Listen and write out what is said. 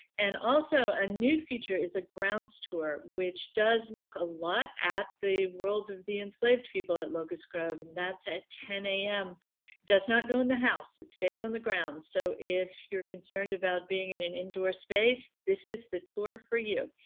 and also a new feature is a grounds tour, which does look a lot at the world of the enslaved people at locust grove and that's at ten a m. it does not go in the house, it stays on the grounds, so if you're concerned about being in an indoor space, this is the tour for you.